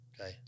Okay